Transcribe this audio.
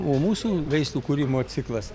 o mūsų veislių kūrimo ciklas